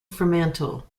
fremantle